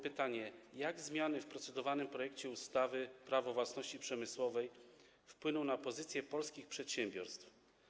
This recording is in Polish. Pytanie: Jak zmiany w procedowanym projekcie ustawy Prawo własności przemysłowej wpłyną na pozycję polskich przedsiębiorstw?